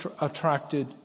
attracted